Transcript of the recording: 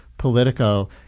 Politico